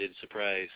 surprise